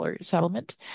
settlement